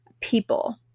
people